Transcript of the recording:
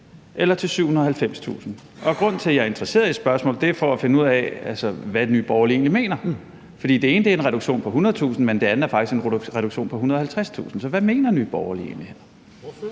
eller til 790.000? Grunden til, at jeg er interesseret i spørgsmålet, er for at finde ud af, hvad Nye Borgerlige egentlig mener. Det ene er en reduktion på 100.000, men det andet er faktisk en reduktion på 150.000. Så hvad mener Nye Borgerlige egentlig